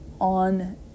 on